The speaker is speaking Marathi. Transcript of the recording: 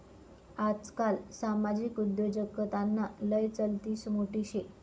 आजकाल सामाजिक उद्योजकताना लय चलती मोठी शे